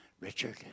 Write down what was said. Richard